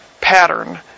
pattern